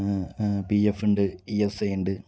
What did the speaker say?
P F ഉണ്ട് E S A ഉണ്ട്